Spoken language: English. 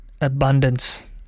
abundance